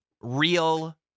real